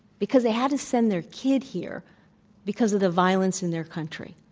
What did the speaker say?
because they had to send their kid here because of the violence in their country.